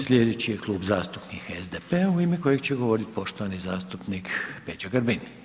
Slijedeći je Klub zastupnika SDP-a u ime kojeg će govoriti poštovani zastupnik Peđa Grbin.